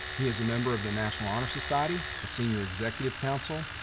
he is a member of the national honor society, the senior executive council,